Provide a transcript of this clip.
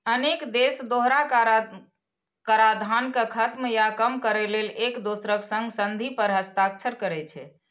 अनेक देश दोहरा कराधान कें खत्म या कम करै लेल एक दोसरक संग संधि पर हस्ताक्षर करै छै